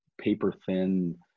paper-thin